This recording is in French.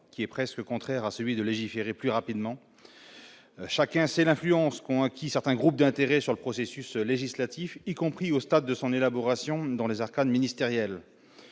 qui est presque contraire à celui de légiférer plus rapidement, chacun sait l'influence qu'ont acquis certains groupes d'intérêts sur le processus législatif, y compris au stade de son élaboration dans les arcanes ministérielles,